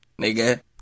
Nigga